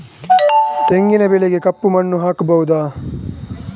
ತೆಂಗಿನ ಬೆಳೆಗೆ ಕಪ್ಪು ಮಣ್ಣು ಆಗ್ಬಹುದಾ?